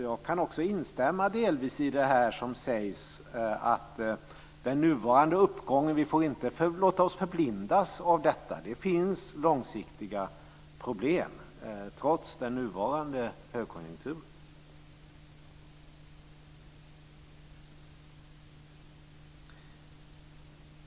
Jag kan också delvis instämma i det som sägs om att vi inte får låta oss förblindas av den nuvarande uppgången. Det finns långsiktiga problem, trots den nuvarande högkonjunkturen.